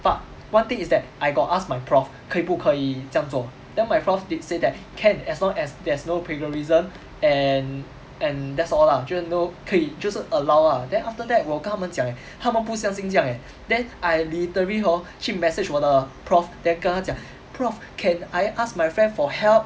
but one thing is that I got ask my prof 可以不可以这样做 then my prof did say that can as long as there's no plagiarism and and that's all lah 就是 no 可以就是 allow ah then after 我有跟他们讲 eh 他们不相信这样 eh then I literally hor 去 message 我的 prof then 跟他讲 prof can I ask my friend for help